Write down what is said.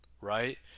right